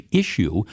issue